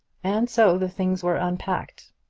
and so the things were unpacked.